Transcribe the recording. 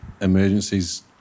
emergencies